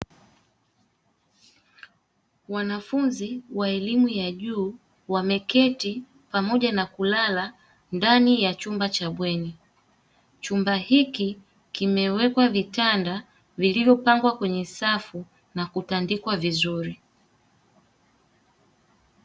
Wanafunzi wa elimu ya juu wameketi pamoja na kulala ndani ya chumba cha bweni, chumba hiki kimewekwa vitanda vilivyopangwa kwenye safu na kutandikwa vizuri.